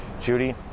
Judy